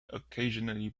occasionally